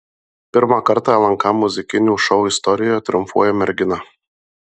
pirmą kartą lnk muzikinių šou istorijoje triumfuoja mergina